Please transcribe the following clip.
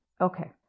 Okay